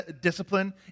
discipline